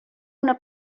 una